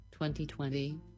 2020